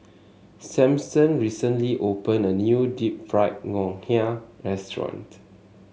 Samson recently opened a new Deep Fried Ngoh Hiang Restaurant